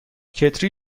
کتری